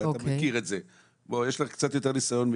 יש לנו קצת יותר ניסיון,